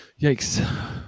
Yikes